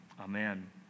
Amen